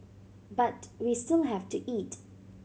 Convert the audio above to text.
but we still have to eat